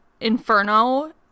Inferno